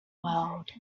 world